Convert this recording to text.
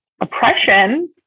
oppression